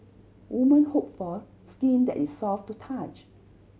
women hope for skin that is soft to touch